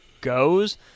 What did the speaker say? goes